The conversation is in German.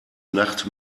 nacht